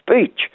speech